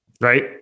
right